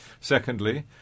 Secondly